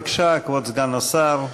בבקשה, כבוד סגן השר.